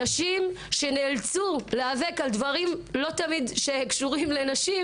נשים שנאלצו להיאבק על דברים שלא תמיד קשורים לנשים,